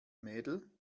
mädel